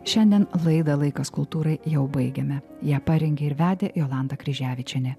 šiandien laidą laikas kultūrai jau baigiame ją parengė ir vedė jolanta kryževičienė